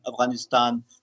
Afghanistan